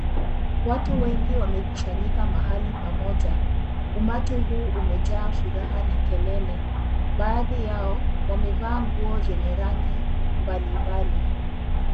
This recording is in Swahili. Watu wengi wamekusanyika mahali pamoja, umati huu umejaa furaha na kelele, baadhi yao wamevaa nguo zenye rangi mbalimbali.